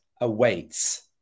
awaits